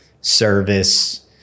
service